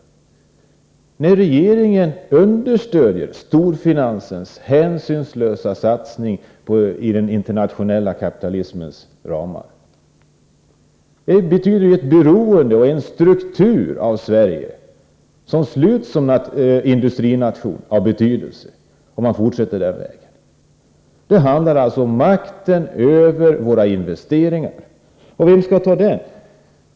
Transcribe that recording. Hon gör detta, trots att regeringen understödjer storfinansens hänsynslösa satsning inom ramen för den internationella kapitalismen. Att fortsätta på den vägen innebär att man skapar ett beroende och en struktur som betyder slutet för Sverige som en industrination av betydelse. Det handlar alltså om makten över våra investeringar. Vem skall ta den?